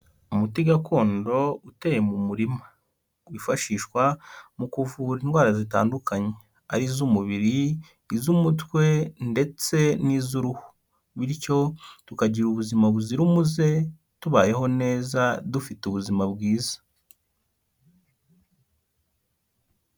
Umuti gakondo uteye mu murima. Wifashishwa mu kuvura indwara zitandukanye. Ari iz'umubiri, iz'umutwe ndetse n'iz'uruhu, bityo tukagira ubuzima buzira umuze, tubayeho neza, dufite ubuzima bwiza.